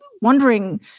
wondering